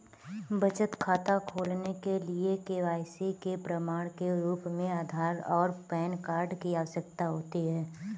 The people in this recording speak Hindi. बचत खाता खोलने के लिए के.वाई.सी के प्रमाण के रूप में आधार और पैन कार्ड की आवश्यकता होती है